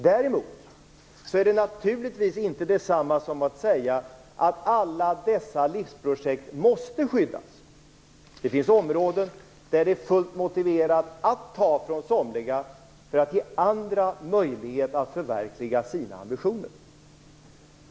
Däremot är det naturligtvis inte detsamma som att säga att alla dessa livsprojekt måste skyddas. Det finns områden där det är fullt motiverat att ta från somliga för att ge andra möjlighet att förverkliga sina ambitioner.